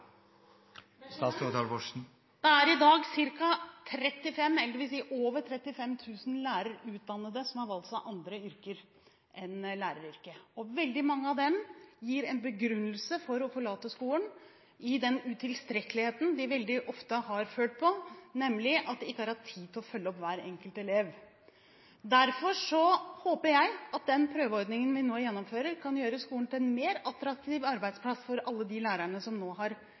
Det er i dag over 35 000 lærerutdannede som har valgt seg andre yrker enn læreryrket, og veldig mange av dem gir som en begrunnelse for å forlate skolen den utilstrekkeligheten de veldig ofte har følt på, nemlig at de ikke har hatt tid til å følge opp hver enkelt elev. Derfor håper jeg at den prøveordningen vi nå gjennomfører, kan gjøre skolen til en mer attraktiv arbeidsplass for alle de lærerne som nå har